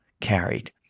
carried